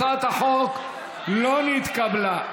הצעת החוק לא נתקבלה.